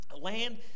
land